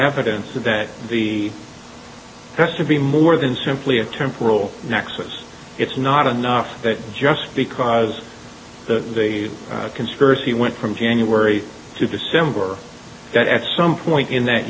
evidence of that the rest to be more than simply a temporal nexus it's not enough that just because the conspiracy went from january to december that at some point in that